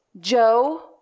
joe